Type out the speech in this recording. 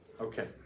Okay